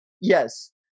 Yes